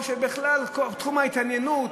או שבכלל תחום ההתעניינות,